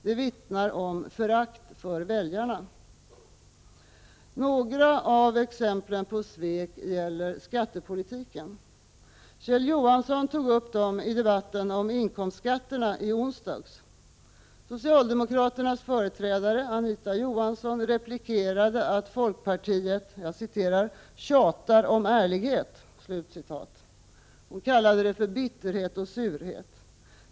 Det vittnar om förakt för väljarna. Några av exemplen på svek gäller skattepolitiken. Kjell Johansson tog upp dem i debatten om inkomstskatterna i onsdags. Socialdemokraternas företrädare Anita Johansson replikerade att folkpartiet ”tjatar om ärlighet”. Hon kallade det för bitterhet och surhet.